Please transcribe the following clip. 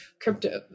crypto